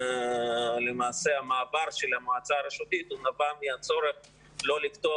לכן המעבר של המועצה הרשותית נבע מהצורך לא לקטוע